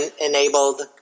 enabled